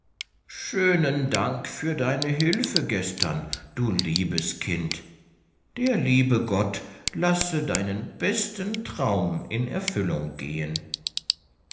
schönen dank für deine hülfe gestern du liebes kind der liebe gott lasse deinen besten traum in erfüllung gehen